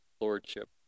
Lordship